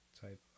type